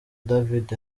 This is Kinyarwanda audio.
david